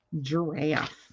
Giraffe